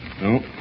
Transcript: No